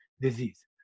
disease